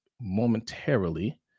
momentarily